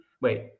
wait